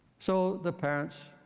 so the parents,